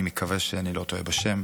אני מקווה שאני לא טועה בשם,